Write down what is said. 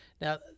Now